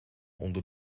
onder